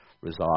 reside